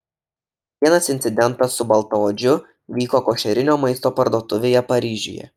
vienas incidentas su baltaodžiu vyko košerinio maisto parduotuvėje paryžiuje